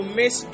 miss